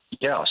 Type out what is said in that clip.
Yes